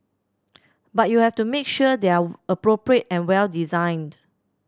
but you have to make sure they're appropriate and well designed